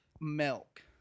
milk